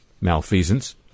malfeasance